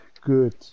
good